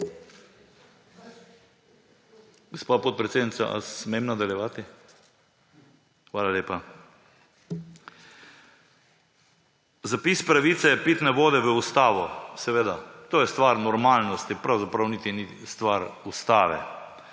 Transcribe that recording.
Gospa podpredsednica, ali smem nadaljevati? Hvala lepa. Zapis pravice pitne vode v ustavo, seveda, to je stvar normalnosti, pravzaprav niti ni stvar ustave.